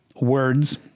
words